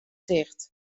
ticht